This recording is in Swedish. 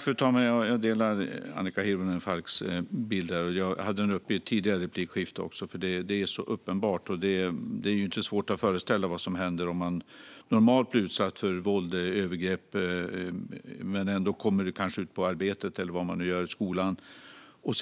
Fru talman! Jag delar Annika Hirvonen Falks bild. Jag tog också upp det i ett tidigare svar. Det är så uppenbart. Det är inte heller svårt att föreställa sig vad som händer den som normalt blir utsatt för våld eller övergrepp men kanske ändå kommer ut, går till arbetet, skolan eller vad man nu gör,